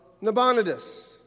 Nabonidus